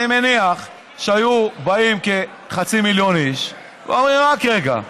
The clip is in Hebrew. אני מניח שהיו באים כחצי מיליון איש ואומרים: רק רגע,